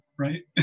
Right